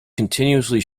continuously